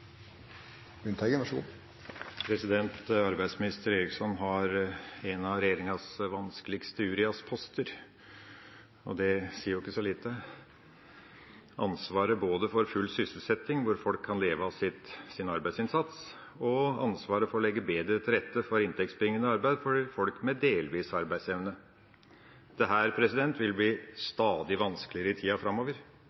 det sier ikke så lite: ansvaret både for full sysselsetting hvor folk kan leve av sin arbeidsinnsats, og ansvaret for å legge bedre til rette for inntektsbringende arbeid for folk med delvis arbeidsevne. Dette vil bli